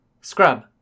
Scrub